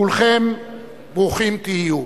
כולכם ברוכים תהיו.